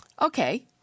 okay